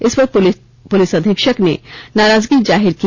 इसपर पुलिस अधीक्षक ने नाराजगी जाहिर की